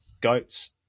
goats